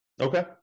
okay